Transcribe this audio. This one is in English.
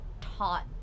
taught